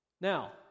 Now